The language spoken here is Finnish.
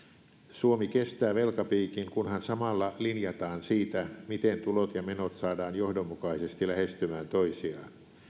suomi kestää velkapiikin kunhan samalla linjataan siitä miten tulot ja menot saadaan johdonmukaisesti lähestymään toisiaan